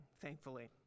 thankfully